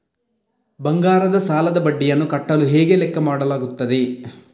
ಬಂಗಾರದ ಸಾಲದ ಬಡ್ಡಿಯನ್ನು ಕಟ್ಟಲು ಹೇಗೆ ಲೆಕ್ಕ ಮಾಡಲಾಗುತ್ತದೆ?